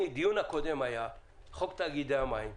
הדיון הקודם שלנו היה על חוק תאגידי המים,